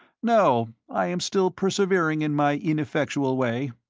no, i am still persevering in my ineffectual way.